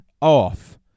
off